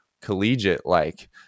collegiate-like